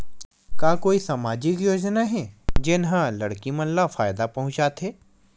का कोई समाजिक योजना हे, जेन हा लड़की मन ला फायदा पहुंचाथे?